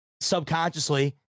subconsciously